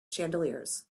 chandeliers